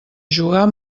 jugar